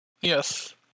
Yes